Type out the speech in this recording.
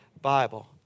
Bible